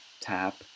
tap